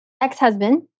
ex-husband